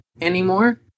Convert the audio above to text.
anymore